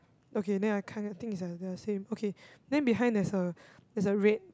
okay then I kind of think is like the same okay then behind there's a there's a red